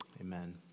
Amen